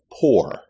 poor